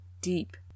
deep